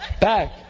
Back